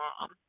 mom